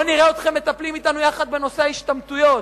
בואו נראה אתכם מטפלים אתנו יחד בנושא ההשתמטויות.